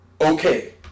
okay